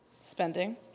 spending